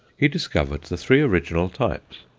he discovered the three original types,